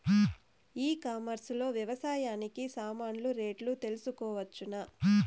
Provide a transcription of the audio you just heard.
ఈ కామర్స్ లో వ్యవసాయానికి సామాన్లు రేట్లు తెలుసుకోవచ్చునా?